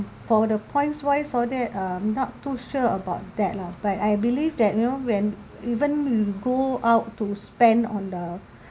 for the points wise all that I'm not too sure about that lah but I believe that you know when even you go out to spend on uh